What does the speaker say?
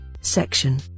Section